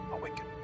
Awaken